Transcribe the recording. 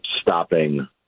stopping